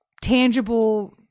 tangible